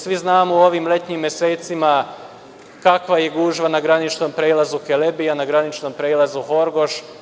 Svi znamo u ovim letnjim mesecima kakva je gužva na graničnom prelazu Kelebija, na graničnom prelazu Horgoš.